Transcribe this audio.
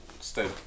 Stay